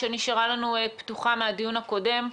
שנשארה לנו פתוחה מהדיון הקודם.